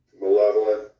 Malevolent